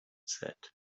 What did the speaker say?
set